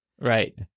right